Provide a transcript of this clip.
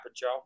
Joe